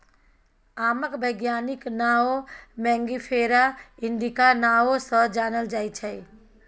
आमक बैज्ञानिक नाओ मैंगिफेरा इंडिका नाओ सँ जानल जाइ छै